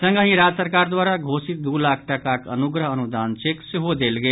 संगहि राज्य सरकार द्वारा घोषित दू लाख टाकाक अनुग्रह अनुदान चेक सेहो देल गेल